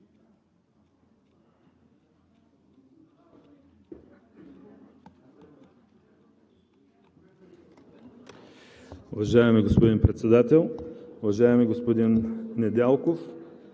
Уважаеми господин Председател! Уважаеми господин Недялков,